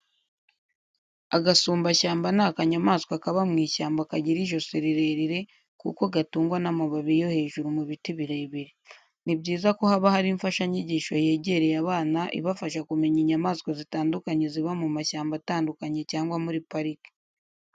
Agasumbashyamba ni akanyamaswa kaba mu ishyamba kagira ijosi rirerire kuko gatungwa n'amababi yo hejuru mu biti birebire. Ni byiza ko haba hari imfashanyigisho yegereye abana ibafasha kumenya inyamaswa zitandukanye ziba mu mashyamba atandukanye cyangwa muri parike.